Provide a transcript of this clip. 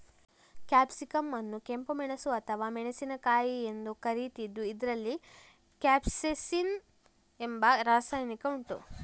capsicum ಅನ್ನು ಕೆಂಪು ಮೆಣಸು ಅಥವಾ ಮೆಣಸಿನಕಾಯಿ ಎಂದು ಕರೀತಿದ್ದು ಇದ್ರಲ್ಲಿ ಕ್ಯಾಪ್ಸೈಸಿನ್ ಎಂಬ ರಾಸಾಯನಿಕ ಉಂಟು